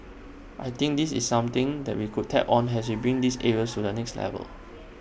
I think this is something that we could tap on as we bring these areas to the next level